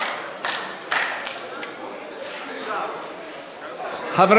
תוצאות ההצבעה בדבר תוספת תקציבית לסעיף 67 לשנת 2016: 61 מתנגדים,